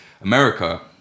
America